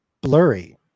blurry